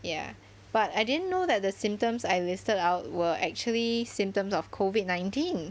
ya but I didn't know that the symptoms I listed out were actually symptoms of COVID nineteen